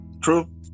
true